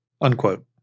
unquote